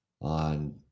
on